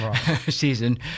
season